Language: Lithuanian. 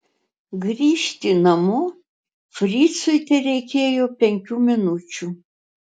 grįžti namo fricui tereikėjo penkių minučių